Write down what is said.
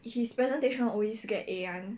his presentation always get A [one]